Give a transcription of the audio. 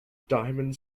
diamond